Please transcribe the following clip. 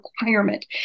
requirement